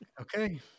okay